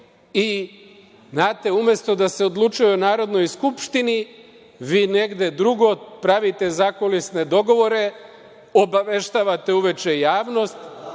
Znate, umesto da se odlučuje o Narodnoj skupštini, vi negde drugo pravite zakulisne dogovore, obaveštavate uveče javnost